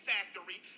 Factory